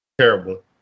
terrible